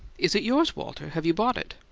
is it yours, walter? have you bought it?